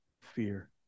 fear